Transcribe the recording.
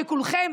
שכולכם,